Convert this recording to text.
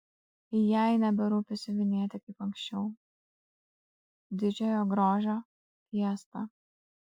jai neberūpi siuvinėti kaip anksčiau didžiojo grožio fiestą